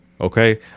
Okay